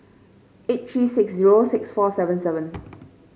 eight three six zero six four seven seven